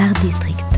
District